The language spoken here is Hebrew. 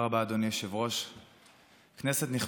בכנסת בדיון